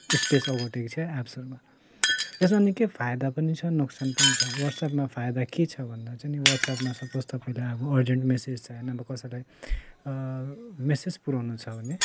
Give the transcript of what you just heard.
space ओगटेको छ एप्सहरूमा यसमा निक्कै फाइदा पनि छ नोक्सान पनि छ वाट्सएपमा फाइदा के छ भन्दा चाहिँ वाट्सएपमा सपोज तपाईँले अब अर्जेन्ट मेसेज चाहिँ अब कसैलाई मेसेज पुऱ्याउनु छ भने